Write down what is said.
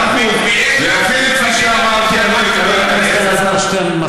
ויש, חבר הכנסת אלעזר שטרן, מספיק.